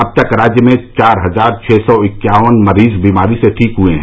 अब तक राज्य में चार हजार छः सौ इक्यावन मरीज बीमारी से ठीक हुए हैं